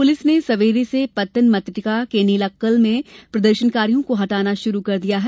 police ने सवेरे से पत्तनमतिट्टा के नीलक्कल में प्रदर्शनकारियों को हटाना शुरू कर दिया है